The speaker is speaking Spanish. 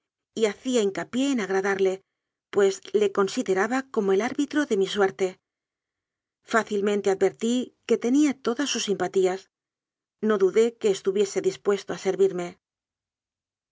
y hacía hincapié en agra darle pues le consideraba como el árbitro de mi suelde fácilmente advertí que tenía todas sus simpatías no dudé que estuviese dispuesto a